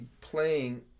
playing